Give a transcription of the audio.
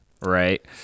right